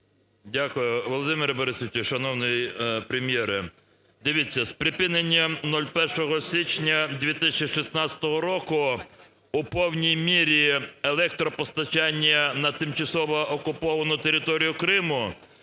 Дякую. Володимире Борисовичу, шановний Прем'єре! Дивіться, з припиненням 01 січня 2016 року у повній мірі електропостачання на тимчасово окуповану територію Криму